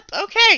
okay